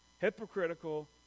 hypocritical